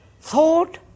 thought